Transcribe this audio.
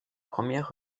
première